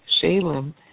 Shalem